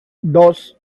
dos